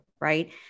right